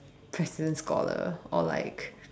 president scholar or like